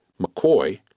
McCoy